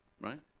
Right